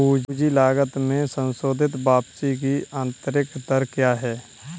पूंजी लागत में संशोधित वापसी की आंतरिक दर क्या है?